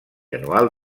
anual